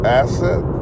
asset